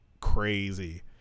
crazy